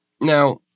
Now